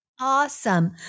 Awesome